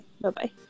bye-bye